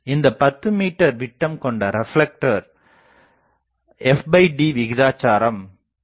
இந்த 10 மீட்டர் விட்டம் கொண்ட ரெப்லெக்டர் fdவிகிதாச்சாரம் 0